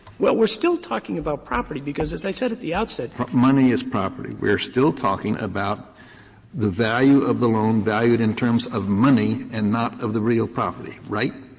well, we're still talking about property, because as i said at the outset kennedy money is property. we're still talking about the value of the loan valued in terms of money and not of the real property, right?